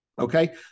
Okay